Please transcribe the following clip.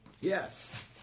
Yes